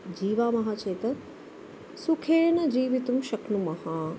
जीवामः चेत् सुखेन जीवितुं शक्नुमः